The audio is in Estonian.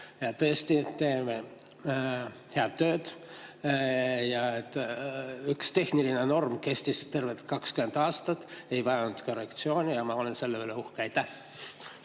Tõesti, me teeme head tööd. Üks tehniline norm kestis tervelt 20 aastat, see ei vajanud korrektsiooni, ja ma olen selle üle uhke.